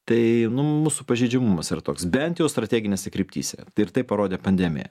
tai nu mūsų pažeidžiamumas yra toks bent jau strateginėse kryptyse tai ir tai parodė pandemija